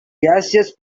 gaseous